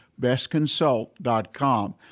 bestconsult.com